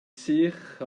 sych